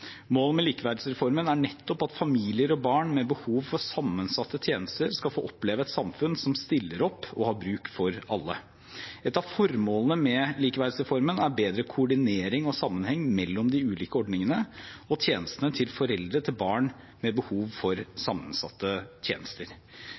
Målet med likeverdsreformen er nettopp at familier og barn med behov for sammensatte tjenester skal få oppleve et samfunn som stiller opp og har bruk for alle. Et av formålene med likeverdsreformen er bedre koordinering og sammenheng mellom de ulike ordningene og tjenestene til foreldre til barn med behov for